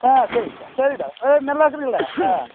ஆ சரிடா சரிடா நல்லாயிருக்கிறீல்ல ஆ